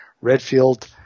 Redfield